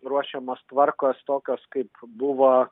ruošiamos tvarkos tokios kaip buvo